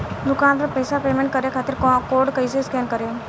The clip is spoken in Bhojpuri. दूकान पर पैसा पेमेंट करे खातिर कोड कैसे स्कैन करेम?